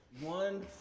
one